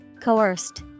Coerced